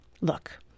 look